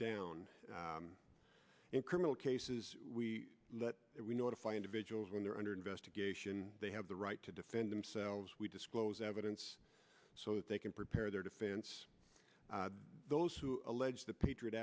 in criminal cases we let it we notify individuals when they're under investigation they have the right to defend themselves we disclose evidence so that they can prepare their defense those who allege the patriot